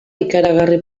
ikaragarri